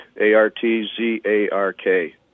A-R-T-Z-A-R-K